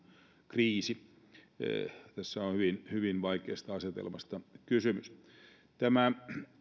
kriisi tässä on hyvin vaikeasta asetelmasta kysymys tämä